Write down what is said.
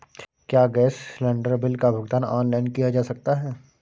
क्या gas cylinder bill का भुगतान ऑनलाइन किया जा सकता है?